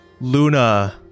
Luna